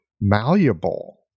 malleable